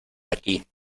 aquí